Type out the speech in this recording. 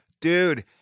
dude